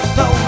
no